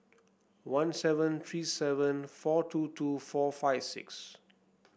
one seven three seven four two two four five six